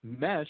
mesh